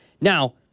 Now